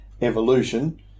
evolution